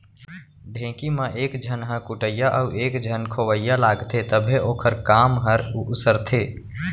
ढेंकी म एक झन ह कुटइया अउ एक झन खोवइया लागथे तभे ओखर काम हर उसरथे